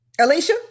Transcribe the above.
Alicia